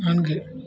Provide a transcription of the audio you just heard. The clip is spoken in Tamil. நான்கு